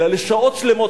אלא לשעות שלמות,